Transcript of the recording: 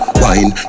wine